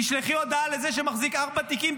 תשלחי הודעה לזה שמחזיק ארבעה תיקים,